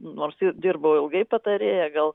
nors ir dirbau ilgai patarėja gal